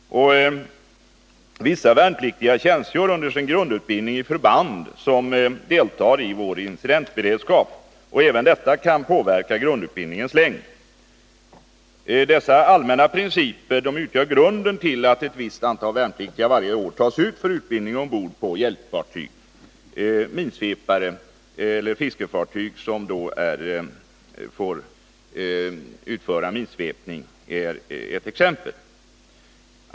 Vissa värnpliktiga tjänstgör under sin grundutbildning i förband som deltar i vår incidentberedskap. Även detta kan påverka grundutbildningens längd. Dessa allmänna principer utgör grunden till att ett visst antal värnpliktiga varje år tas ut för utbildning till tjänst ombord på hjälpfartyg. Fiskefartyg som får utföra minsvepning är ett exempel.